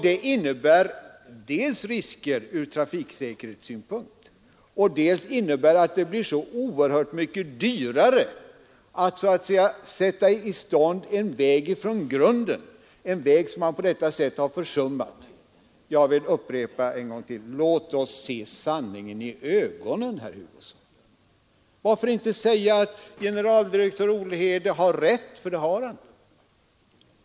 Det innebär dels risker från trafiksäkerhetssynpunkt, dels att det blir så oerhört mycket dyrare att från grunden sätta i stånd en väg, som man på detta sätt har försummat. Jag vill än en gång upprepa: Låt oss se sanningen i ögonen, herr Hugosson. Varför inte säga att generaldirektör Olhede har rätt, för det har han.